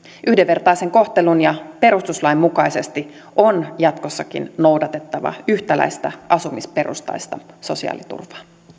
yhdenvertaisen kohtelun ja perustuslain mukaisesti on jatkossakin noudatettava yhtäläistä asumisperustaista sosiaaliturvaa